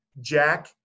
Jack